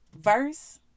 verse